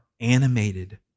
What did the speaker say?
animated